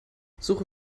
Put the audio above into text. suche